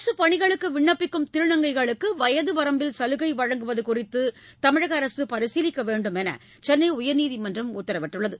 அரசுப் பணிகளுக்கு விண்ணப்பிக்கும் திருநங்கைகளுக்கு வயது வரம்பில் சலுகை வழங்குவது குறித்து தமிழக அரசு பரிசீலிக்க வேண்டுமென சென்னை உயர்நீதிமன்றம் உத்தரவிட்டுள்ளது